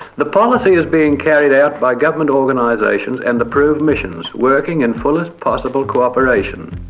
the policy is being carried out by government organisations and approved missions, working in fullest possible cooperation.